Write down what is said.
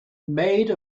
made